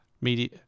media